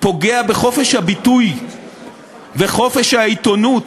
פוגע בחופש הביטוי ובחופש העיתונות